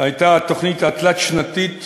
הייתה התוכנית התלת-שנתית